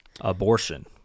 abortion